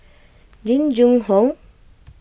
Jing Jun Hong